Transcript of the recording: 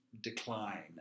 decline